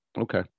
okay